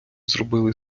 зробили